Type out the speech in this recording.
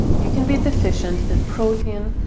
you can be deficient in protein,